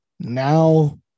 Now